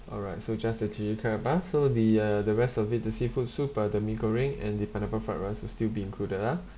alright so just the chilli crab ah so the uh the rest of it the seafood soup uh the mee goreng and the pineapple fried rice will still be included ah